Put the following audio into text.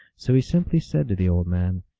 so he simply said to the old man,